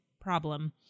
problem